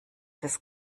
des